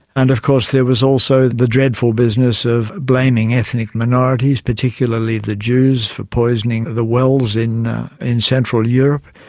and of course there was also the dreadful business of blaming ethnic minorities, particularly the jews for poisoning the wells in in central europe,